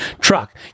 truck